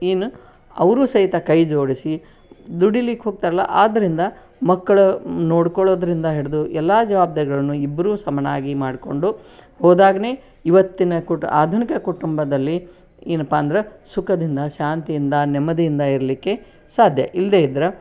ಏನು ಅವರೂ ಸಹಿತ ಕೈ ಜೋಡಿಸಿ ದುಡೀಲಿಕ್ಕೆ ಹೋಗ್ತಾರಲ್ಲ ಆದ್ದರಿಂದ ಮಕ್ಕಳು ನೋಡಿಕೊಳೋದ್ರಿಂದ ಹಿಡಿದು ಎಲ್ಲ ಜವಾಬ್ದಾರಿಗಳನ್ನು ಇಬ್ಬರೂ ಸಮನಾಗಿ ಮಾಡಿಕೊಂಡು ಹೋದಾಗಲೇ ಇವತ್ತಿನ ಕುಟ್ ಆಧುನಿಕ ಕುಟುಂಬದಲ್ಲಿ ಏನಪ್ಪಾ ಅಂದ್ರೆ ಸುಖದಿಂದ ಶಾಂತಿಯಿಂದ ನೆಮ್ಮದಿಯಿಂದ ಇರಲಿಕ್ಕೆ ಸಾಧ್ಯ ಇಲ್ಲದೇ ಇದ್ರೆ